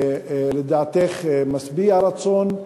לדעתך משביע רצון,